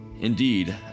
Indeed